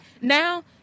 now